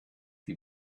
die